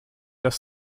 das